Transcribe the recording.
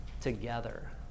together